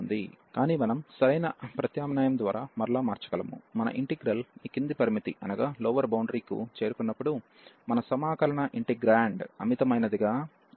కానీ మనం సరైన ప్రత్యామ్నాయం ద్వారా మరలా మార్చగలము మన ఇంటిగ్రల్ ఈ క్రింది పరిమితి కు చేరుకున్నప్పుడు మన ఇంటెగ్రాండ్ అన్బౌండెడ్ గాగా ఉంటుంది